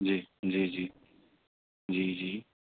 جی جی جی جی جی